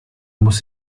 muss